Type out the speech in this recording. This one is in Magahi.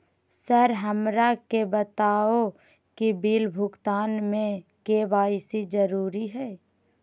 सर हमरा के बताओ कि बिल भुगतान में के.वाई.सी जरूरी हाई?